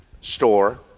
store